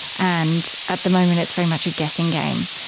and at the moment it's very much a guessing game,